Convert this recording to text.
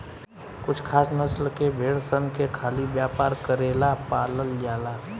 कुछ खास नस्ल के भेड़ सन के खाली व्यापार करेला पालल जाला